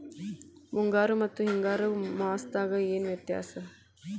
ಮುಂಗಾರು ಮತ್ತ ಹಿಂಗಾರು ಮಾಸದಾಗ ಏನ್ ವ್ಯತ್ಯಾಸ?